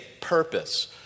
purpose